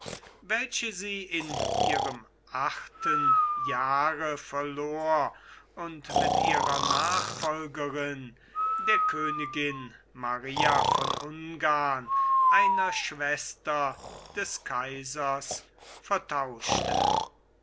welche sie in ihrem achten jahre verlor und mit ihrer nachfolgerin der königin maria von ungarn einer schwester des kaisers vertauschte